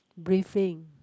briefing